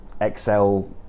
Excel